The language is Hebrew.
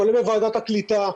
כולל בוועדת הקליטה.